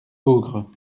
peaugres